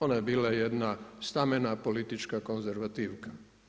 Ona je bila jedna stamena politička konzervativna.